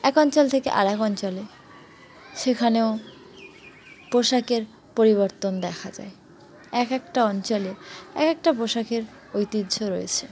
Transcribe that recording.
এক অঞ্চল থেকে আর এক অঞ্চলে সেখানেও পোশাকের পরিবর্তন দেখা যায় এক একটা অঞ্চলে এক একটা পোশাকের ঐতিহ্য রয়েছে